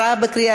נתקבל.